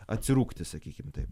atsirūgti sakykim taip